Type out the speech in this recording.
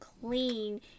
clean